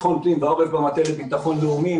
ביטחון פנים ועורף במטה לביטחון לאומי,